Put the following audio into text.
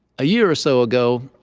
a year or so ago,